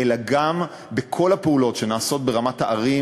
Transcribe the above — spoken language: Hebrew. אלא גם בכל הפעולות שנעשות ברמת הערים